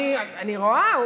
אני רואה.